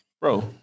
Bro